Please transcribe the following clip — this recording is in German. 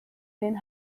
den